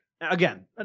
Again